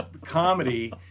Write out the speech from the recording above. comedy